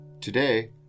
Today